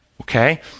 Okay